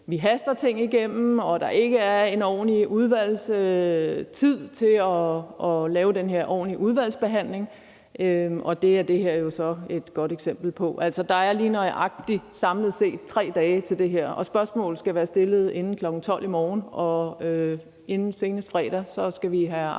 vi haster ting igennem, og at der ikke er tid til at lave den her ordentlige udvalgsbehandling, og det er det her jo så et godt eksempel på. Altså, der er lige nøjagtig samlet set 3 dage til det her. Spørgsmål skal være stillet inden kl. 12 i morgen, og senest fredag skal vi have afgivet